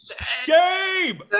Shame